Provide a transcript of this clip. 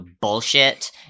Bullshit